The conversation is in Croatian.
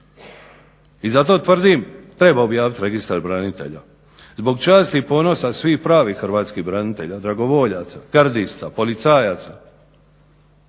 I zato tvrdim treba objaviti Registar branitelja zbog časti i ponosa svih pravih hrvatskih branitelja, dragovoljaca, gardista, policajaca,